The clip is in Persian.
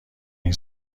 این